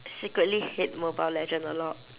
secretly hate mobile legend a lot